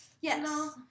yes